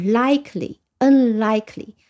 likely,unlikely